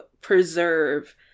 preserve